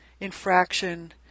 infraction